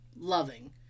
loving